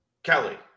Kelly